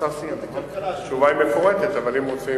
התשובה מפורטת, אבל אם רוצים,